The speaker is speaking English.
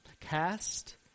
Cast